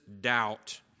doubt